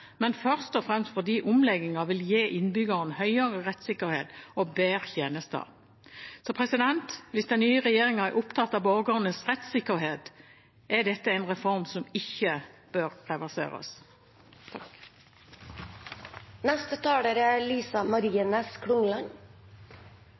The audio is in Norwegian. Men først og fremst fordi omleggingen vil gi innbyggerne høyrere rettssikkerhet og bedre tjenester.» Hvis den nye regjeringen er opptatt av borgernes rettsikkerhet, er dette en reform som ikke bør reverseres.